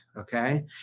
okay